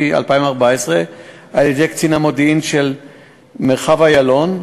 2014 על-ידי קצין המודיעין של מרחב איילון,